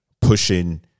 pushing